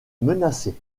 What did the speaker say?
menacée